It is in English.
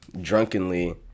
drunkenly